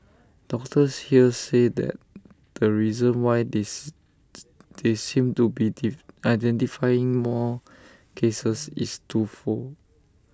doctors here say that the reason why this they seem to be identifying more cases is twofold